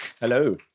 Hello